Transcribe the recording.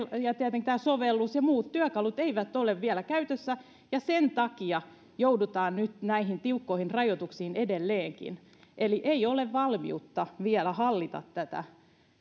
tietenkin tämä sovellus ja muut työkalut eivät ole vielä käytössä ja sen takia joudutaan nyt näihin tiukkoihin rajoituksiin edelleenkin kun ei ole valmiutta vielä hallita tätä